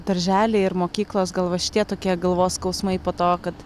darželiai ir mokyklos gal va šitie tokie galvos skausmai po to kad